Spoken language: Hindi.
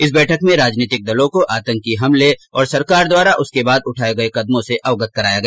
इस बैठक में राजनीतिक दलों को आतंकी हमले और सरकार द्वारा उसके बाद उठाये गये कदमों से अवगत कराया गया